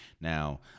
Now